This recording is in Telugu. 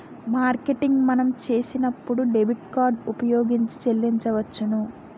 మార్కెటింగ్ మనం చేసినప్పుడు డెబిట్ కార్డు ఉపయోగించి చెల్లించవచ్చును